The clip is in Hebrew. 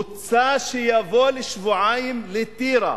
רוצה שיבוא לשבועיים לטירה